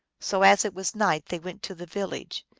so as it was night they went to the village.